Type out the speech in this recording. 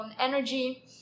energy